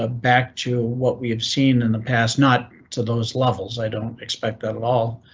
ah back to what we have seen in the past, not to those levels. i don't expect that at all.